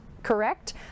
correct